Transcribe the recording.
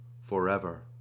forever